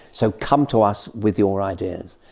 so come to us with your ideas.